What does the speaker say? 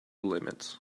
limits